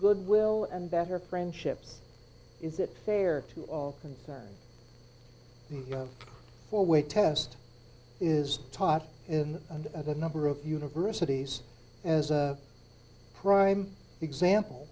goodwill and better friendships is that fair to all concerned for way test is taught in the number of universities as a prime example